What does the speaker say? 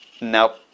nope